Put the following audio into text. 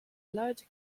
large